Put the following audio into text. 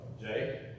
Jay